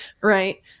Right